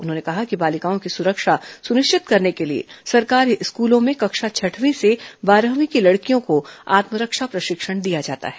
उन्होंने कहा कि बालिकाओं की सुरक्षा सुनिश्चित करने के लिए सरकारी स्कूलों में कक्षा छठवीं से बारहवीं की लड़कियों को आत्मरक्षा प्रशिक्षण दिया जाता है